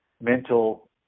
mental